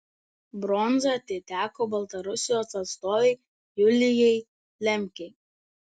bronza atiteko baltarusijos atstovei julijai lemkei